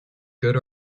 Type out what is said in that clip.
good